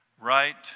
right